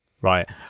Right